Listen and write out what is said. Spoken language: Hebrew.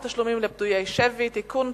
תשלומים לפדויי שבי (תיקון,